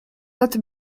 lat